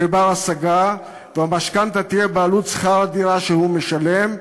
ובר-השגה והמשכנתה תהיה בעלות שכר הדירה שהוא משלם,